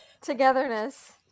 Togetherness